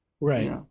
Right